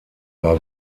war